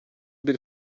bir